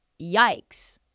Yikes